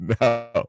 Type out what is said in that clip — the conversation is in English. no